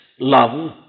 Love